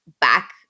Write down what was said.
back